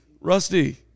Rusty